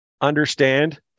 understand